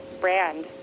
brand